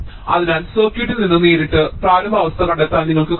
അതിനാൽ സർക്യൂട്ടിൽ നിന്ന് നേരിട്ട് പ്രാരംഭ അവസ്ഥ കണ്ടെത്താൻ നിങ്ങൾക്ക് കഴിയും